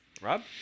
Rob